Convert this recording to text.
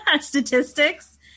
Statistics